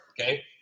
okay